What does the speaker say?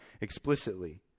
explicitly